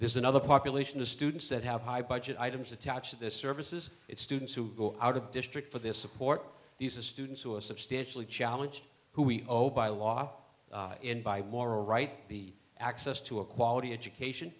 there's another population of students that have high budget items attached this services it's students who go out of district for this support these are students who are substantially challenged who we obey the law by moral right the access to a quality education